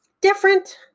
different